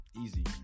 easy